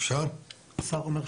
השר נמצא